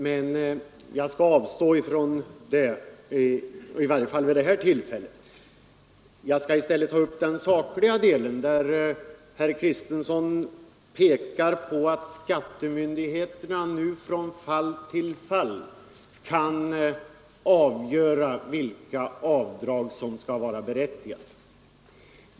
Men jag skall avstå från det, i varje fall vid detta tillfälle. Jag skall i stället ta upp den sakliga delen, där herr Kristenson pekar på att skattemyndigheterna nu från fall till fall kan avgöra vilka avdrag som skall vara berättigade.